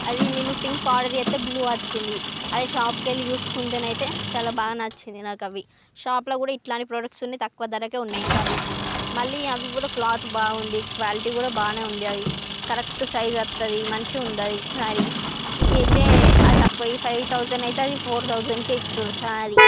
అది నేను pink order చేస్తే బ్లూ వచ్చింది అది షాప్ కి వెళ్ళి చూసుకుంటే అయితే చాలా బాగా నచ్చింది నాకు అవి షాప్ లో కూడా ఇట్లానే ప్రొడక్ట్స్ ఉంది తక్కువ ధరకే ఉన్నాయి ఇంకా అవి మళ్లీ అవి కూడా క్లాత్ బాగుంది క్వాలిటీ కూడా బాగానే ఉంది అది కరెక్ట్ సైజు వస్తుంది మంచిగా ఉంది అది సారీ ఇది అయితే ఆ తక్కువ ఫైవ్ థౌసండ్ అయితే అది ఫోర్ థౌసండ్ కే ఇస్తుండ్రు సారీ